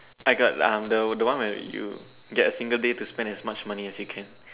I got um the the one where you get a single day to spend as much money as you can